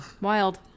Wild